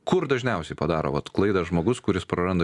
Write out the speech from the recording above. kur dažniausiai padaro vat klaida žmogus kuris praranda